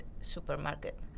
supermarket